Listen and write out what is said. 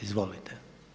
Izvolite.